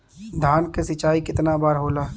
धान क सिंचाई कितना बार होला?